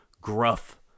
gruff